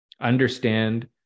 Understand